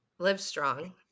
Livestrong